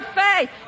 faith